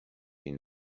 been